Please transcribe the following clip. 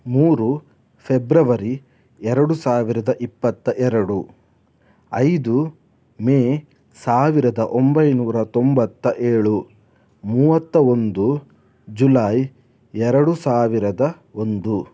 ಮೂರು ಫೆಬ್ರವರಿ ಎರಡು ಸಾವಿರದ ಇಪ್ಪತ್ತ ಎರಡು ಐದು ಮೇ ಸಾವಿರದ ಒಂಬೈನೂರ ತೊಂಬತ್ತ ಏಳು ಮೂವತ್ತ ಒಂದು ಜುಲೈ ಎರಡು ಸಾವಿರದ ಒಂದು